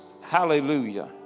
Hallelujah